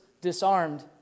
disarmed